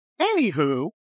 Anywho